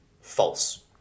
false